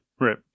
Right